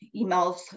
emails